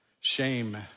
shame